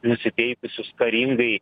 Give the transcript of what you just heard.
nusiteikusius karingai